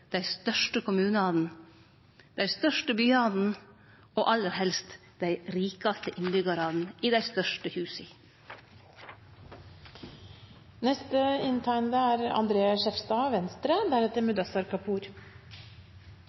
dei største kommunane, dei største byane, og aller helst dei rikaste innbyggjarane i dei største